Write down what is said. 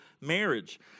marriage